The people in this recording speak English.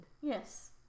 Yes